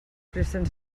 presten